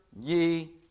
ye